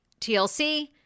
TLC